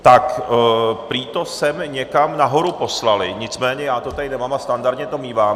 Tak prý to sem někam nahoru poslali, nicméně já to tady nemám a standardně to mívám.